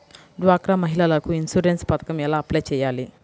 డ్వాక్రా మహిళలకు ఇన్సూరెన్స్ పథకం ఎలా అప్లై చెయ్యాలి?